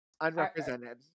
Unrepresented